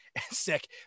sick